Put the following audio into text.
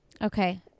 Okay